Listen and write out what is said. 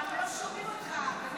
גם לא שומעים אותך.